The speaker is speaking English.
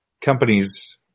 companies